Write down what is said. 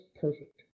perfect